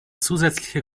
zusätzliche